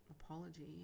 apology